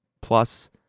plus